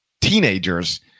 teenagers